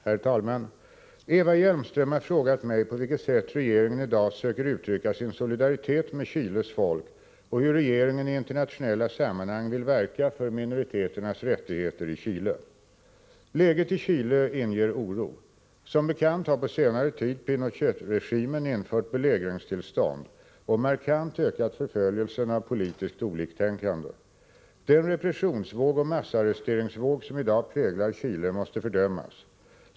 Herr talman! Eva Hjelmström har frågat mig på vilket sätt regeringen i dag söker uttrycka sin solidaritet med Chiles folk och hur regeringen i internatio nella sammanhang vill verka för minoriteternas rättigheter i Chile. Läget i Chile inger oro. Som bekant har på senare tid Pinochetregimen infört belägringstillstånd och markant ökat förföljelsen av politiskt oliktänkande. Den repressionsvåg och massarresteringsvåg som i dag präglar Chile måste fördömas.